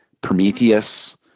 Prometheus